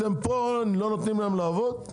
למה אתם פה לא נותנים להם לעבוד?